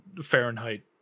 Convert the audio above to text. Fahrenheit